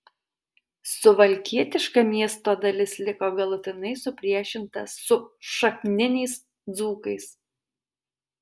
suvalkietiška miesto dalis liko galutinai supriešinta su šakniniais dzūkais